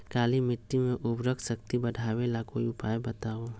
काली मिट्टी में उर्वरक शक्ति बढ़ावे ला कोई उपाय बताउ?